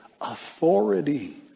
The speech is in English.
authority